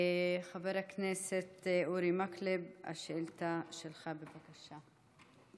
חבר הכנסת אורי מקלב, השאילתה שלך, בבקשה.